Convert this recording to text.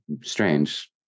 strange